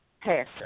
pastor